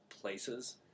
places